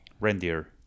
Reindeer